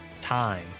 time